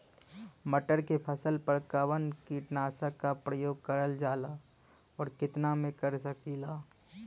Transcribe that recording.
मटर के फसल पर कवन कीटनाशक क प्रयोग करल जाला और कितना में कर सकीला?